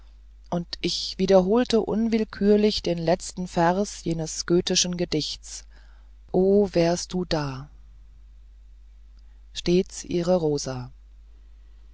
und ich wiederholte unwillkürlich den letzten vers jenes goetheschen gedichts o wärst du da stets ihre rosa